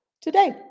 today